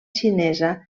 xinesa